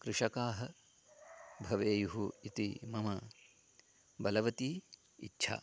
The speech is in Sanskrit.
कृषकाः भवेयुः इति मम बलवती इच्छा